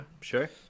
Sure